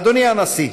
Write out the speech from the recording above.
אדוני הנשיא,